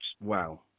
Wow